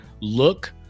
Look